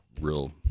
real